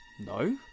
No